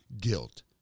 guilt